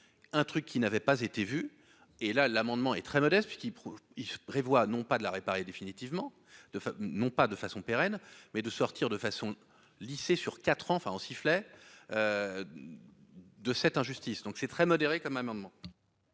un truc qui n'avait pas été vu et, là, l'amendement est très modeste, puisqu'il prouve, il prévoit non pas de la réparer définitivement de non pas de façon pérenne mais de sortir de façon lissée sur 4 enfin en sifflet de cette injustice, donc c'est très modérée, comme un moment.